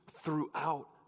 Throughout